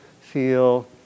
feel